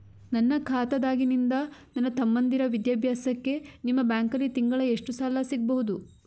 ನನ್ನ ಖಾತಾದಾಗಿಂದ ನನ್ನ ತಮ್ಮಂದಿರ ವಿದ್ಯಾಭ್ಯಾಸಕ್ಕ ನಿಮ್ಮ ಬ್ಯಾಂಕಲ್ಲಿ ತಿಂಗಳ ಎಷ್ಟು ಸಾಲ ಸಿಗಬಹುದು?